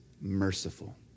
merciful